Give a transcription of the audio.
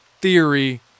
Theory